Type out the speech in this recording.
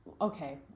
okay